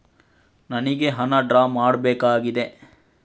ನನಿಗೆ ಹಣ ಡ್ರಾ ಮಾಡ್ಬೇಕಾಗಿದೆ